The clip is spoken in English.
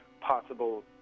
possible